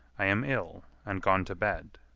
i am ill, and gone to bed.